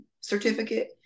certificate